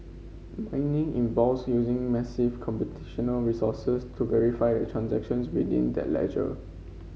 mining involves using massive computational resources to verify the transactions within that ledger